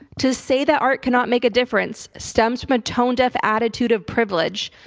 to say that art cannot make a difference stems from a tone-deaf attitude of privilege.